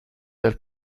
del